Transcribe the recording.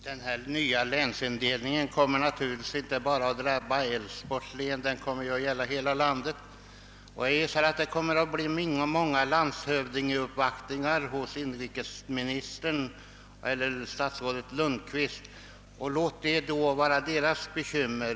Herr talman! Den nya länsindelningen kommer naturligtvis inte bara att drabba Älvsborgs län utan den kommer att gälla hela landet. Jag gissar att det kommer att bli många landshövdingeuppvaktningar hos statsrådet Lundkvist. Men låt det vara deras bekymmer!